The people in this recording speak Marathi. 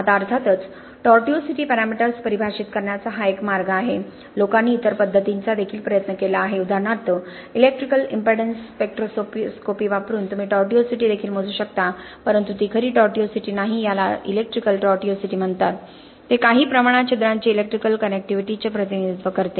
आता अर्थातच टॉर्टुओसिटी पॅरामीटर्स परिभाषित करण्याचा हा एक मार्ग आहे लोकांनी इतर पध्दतींचा देखील प्रयत्न केला आहे उदाहरणार्थ इलेक्ट्रिकल इम्पेडन्स स्पेक्ट्रोस्कोपी वापरून तुम्ही टॉर्टुओसिटी देखील मोजू शकता परंतु ती खरी टॉर्टुओसिटी नाही याला इलेक्ट्रिकल टॉर्टुओसिटी म्हणतात ते काही प्रमाणात छिद्रांची इलेक्ट्रिकल कनेक्टिव्हिटी चे प्रतिनिधित्व करते